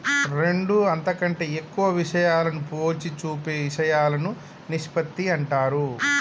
రెండు అంతకంటే ఎక్కువ విషయాలను పోల్చి చూపే ఇషయాలను నిష్పత్తి అంటారు